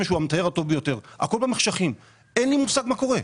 הכל במחשכים, אין לי מושג מה קורה.